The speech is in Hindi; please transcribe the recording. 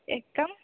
एक कम